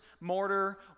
mortar